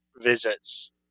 visits